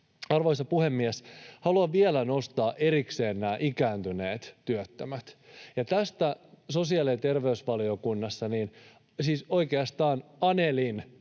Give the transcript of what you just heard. Arvoisa puhemies! Haluan vielä nostaa erikseen nämä ikääntyneet työttömät, ja tästä sosiaali- ja terveysvaliokunnassa siis oikeastaan anelin